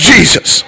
Jesus